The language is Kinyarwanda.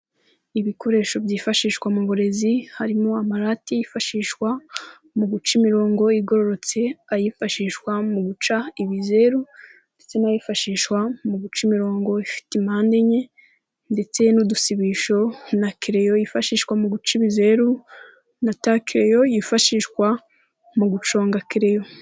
Ibikoresho byifashishwa mu burezi harimo: amarati yifashishwa mu guca imirongo igororotse, ayifashishwa mu guca ibizeru ndetse n'ayifashishwa mu guca imirongo ifite impande enye ndetse n'udusibisho na kereyo yifashishwa mu guca ibizeru, na takereyo yifashishwa mu guconga kireyo.